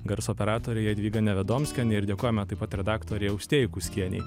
garso operatorė jadvyga nevedomskienė ir dėkojame taip pat redaktorei austėjai kuskienei